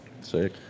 sick